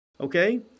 okay